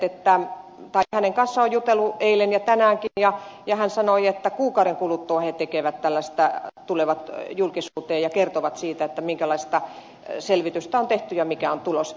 hänen kanssaan olen jutellut eilen ja tänäänkin ja hän sanoi että kuukauden kuluttua he tulevat julkisuuteen ja kertovat siitä minkälaista selvitystä on tehty ja mikä on tulos